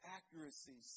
Accuracy